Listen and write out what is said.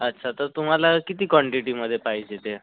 अच्छा तर तुम्हाला किती क्वांटिटीमध्ये पाहिजे ते